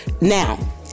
Now